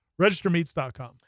Registermeats.com